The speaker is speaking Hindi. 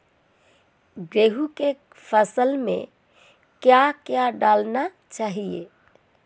गेहूँ की फसल में क्या क्या डालना चाहिए?